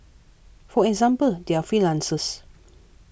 for example they are freelancers